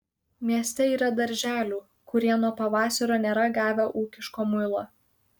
mieste yra darželių kurie nuo pavasario nėra gavę ūkiško muilo